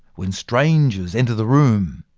when strangers enter the room.